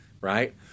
right